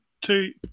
two